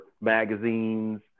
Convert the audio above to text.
magazines